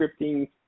scripting